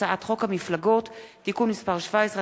הצעת חוק המפלגות (תיקון מס' 17),